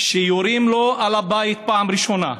שיורים לו על הבית פעם ראשונה,